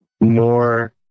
more